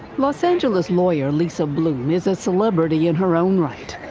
los angeles lawyer lisa bloom is a celebrity in her own right.